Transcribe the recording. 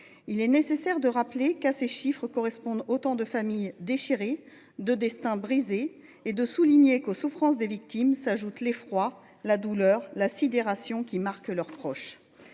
Il est nécessaire de rappeler que, à ces chiffres, correspondent autant de familles déchirées et de destins brisés. Il faut aussi souligner que, aux souffrances des victimes, s’ajoutent l’effroi, la douleur et la sidération qui marquent leurs proches.